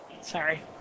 Sorry